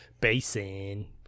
basin